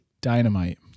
Dynamite